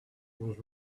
was